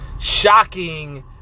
shocking